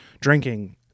drinking